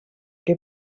què